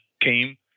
came